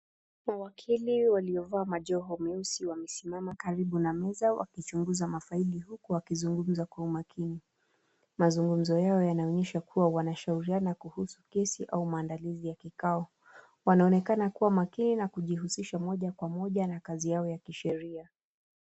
Wakili waliovaa majoho meusi wamesimama karibu na meza wakichunguza mafaili huku wakizungumza kwa umakini. Mazungumzo yao wanaonyesha kua wanaashauriana kuhusu kesi au maandalizi ya kikao. Wanaonekana kua makini na kujihusisha moja kwa moja na kazi yao ya kisheria.